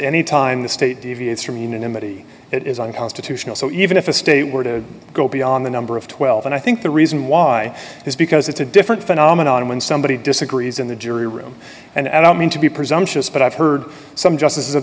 any time the state deviates from unanimity it is unconstitutional so even if a state were to go beyond the number of twelve and i think the reason why is because it's a different phenomenon when somebody disagrees in the jury room and i don't mean to be presumptious but i've heard some justices of